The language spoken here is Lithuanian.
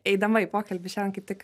eidama į pokalbį šiandien kaip tik